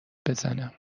بزنم